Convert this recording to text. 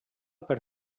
per